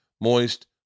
moist